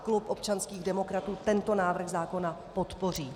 Klub občanských demokratů tento návrh zákona podpoří.